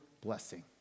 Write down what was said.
blessing